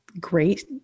great